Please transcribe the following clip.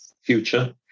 future